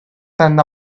son